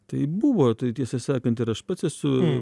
tai buvo tai tiesą sakant ir aš pats esu